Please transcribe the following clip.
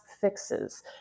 fixes